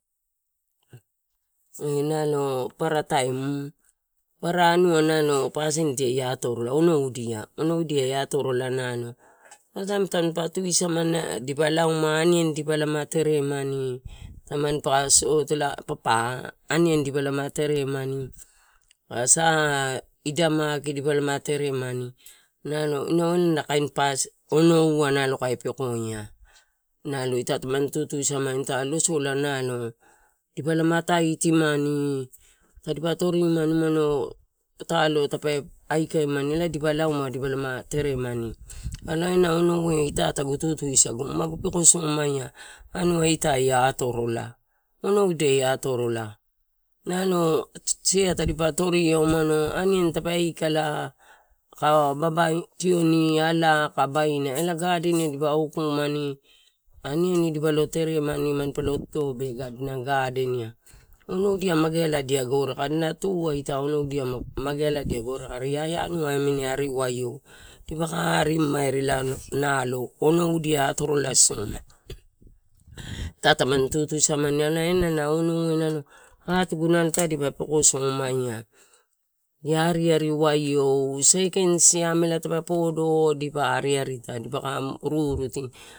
Nalo parataim papara anua nalo pasindia, onoudia, onodia ia atorola nalo parataim tanipa tuisamani dipa lauma aniani dipalama teremani, tanipa sot ela paapa aniani dipa lama teremani a sa idai maki dipa lama teremani, nalo inau elana pasi onoua kai pekoia nalo ita tamani tutusamani ita. Losola lo dipa lama taitimani tadipa torimani umano putalo tape aikaimani elae dipa lauma dipalama teremani, elae ena onoue ita tagu tutusagu, magu pekosomaia, anua ita ita atorola, onousia ia atorola nalo sea tadipa torio umano aniani tape aikala, aka baba tioni ala, baina elae gadeni ai dipa okumani aniani dipa lo teremani. Manipalo totobe adina gadeni ai onoudia mageadia goreaikala, adina tuu ai ita, onoudia mageadia goreaika are ia anuani ari waio dipaka arimamari elae naio onoudia atorola soma ita tamani tutu samani elae inau elana onoue inau nalo atugu dipa peko somaia, ia ariary waiou saikain siamela tape podo dipa ariarita, dipaka ruruti.